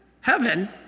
heaven